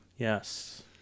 Yes